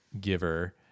giver